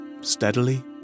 steadily